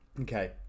Okay